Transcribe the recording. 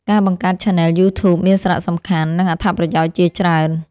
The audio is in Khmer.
ការបង្កើតឆានែលយូធូបមានសារៈសំខាន់ និងអត្ថប្រយោជន៍ជាច្រើន។